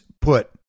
put